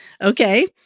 Okay